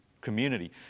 community